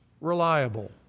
reliable